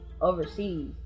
overseas